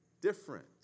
different